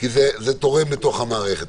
כי זה תורם למערכת,